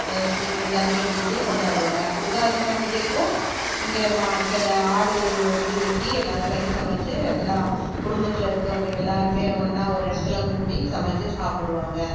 பூசின தண்ணியை ஊற்றி கொண்டாடுவாங்க உகாதிப்பண்டிகைக்கும் இங்கே மா கிடா ஆடு வந்து வெட்டி எல்லாரும் கறி சமச்சு எல்லா குடும்பத்துலருக்கவங்க எல்லாருமே ஒன்றா ஒரு இடத்துல கூடி சமச்சு சாப்பிடுவாங்க